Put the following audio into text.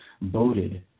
voted